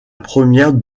première